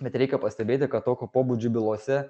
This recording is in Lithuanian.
bet reikia pastebėti kad tokio pobūdžio bylose